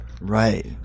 right